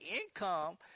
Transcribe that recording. income